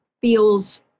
feels